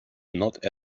not